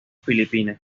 filipinas